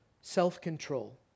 self-control